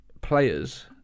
Players